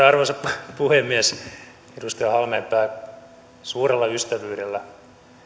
arvoisa puhemies edustaja halmeenpää suurella ystävyydellä